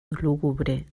lúgubre